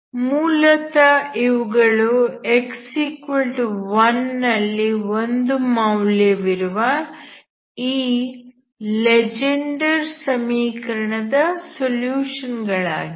ಮೂಲತಃ ಇವುಗಳು x 1 ನಲ್ಲಿ 1 ಮೌಲ್ಯವಿರುವ ಈ ಲೆಜೆಂಡರ್ ಸಮೀಕರಣ ದ ಸೊಲ್ಯುಷನ್ ಗಳಾಗಿವೆ